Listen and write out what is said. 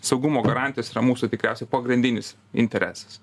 saugumo garantijos yra mūsų tikriausiai pagrindinis interesas